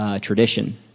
tradition